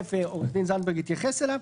ותיכף עו"ד זנדברג יתייחס אליו.